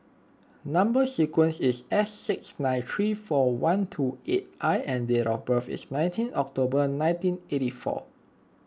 Number Sequence is S six nine three four one two eight I and date of birth is nineteenth October nineteen eighty four